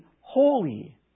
Holy